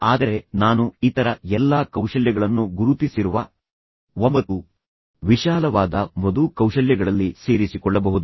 ಆದರೆ ನಾನು ಇತರ ಎಲ್ಲಾ ಕೌಶಲ್ಯಗಳನ್ನು ಗುರುತಿಸಿರುವ ಒಂಬತ್ತು ವಿಶಾಲವಾದ ಮೃದು ಕೌಶಲ್ಯಗಳಲ್ಲಿ ಸೇರಿಸಿಕೊಳ್ಳಬಹುದು